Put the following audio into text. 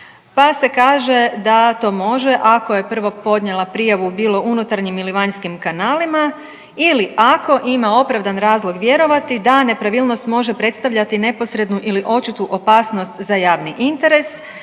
pa se kaže da to može ako je prvo podnijela prijavu bilo unutarnjim ili vanjskim kanalima ili ako ima opravdani razlog vjerovati da nepravilnost može predstavljati neposrednu ili očito opasnost za javni interes